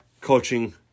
coaching